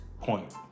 point